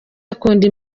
akunda